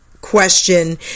question